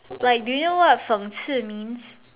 like do you know what 讽刺 means